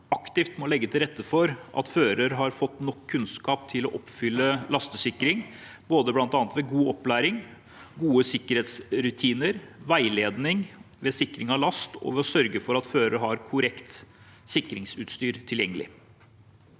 aktivt må legge til rette for at fører har fått nok kunnskap til å oppfylle lastsikringen ved bl.a. god opplæring, gode sikkerhetsrutiner, veiledning ved sikring av last og ved å sørge for at fører har korrekt sikringsutstyr tilgjengelig.